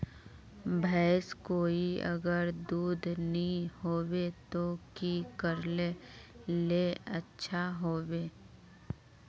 भैंस कोई अगर दूध नि होबे तो की करले ले अच्छा होवे?